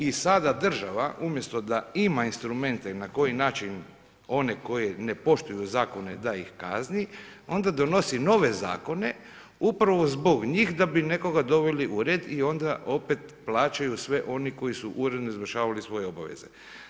I sada država umjesto da ima instrumente na koji način one koji ne poštuju zakone da ih kazni, onda donosi novi zakone upravo zbog njih da bi nekoga doveli u red i onda opet plaćaju sve oni koji su uredno izvršavali svoje obaveze.